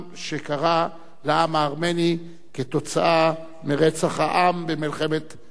לעם הארמני כתוצאה מרצח העם במלחמת העולם הראשונה.